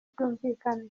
ryumvikana